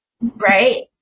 right